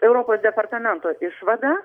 europos departamento išvadą